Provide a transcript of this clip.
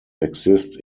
exist